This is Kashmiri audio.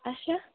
اَچھا